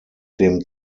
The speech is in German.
dem